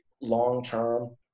long-term